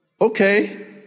Okay